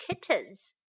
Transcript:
kittens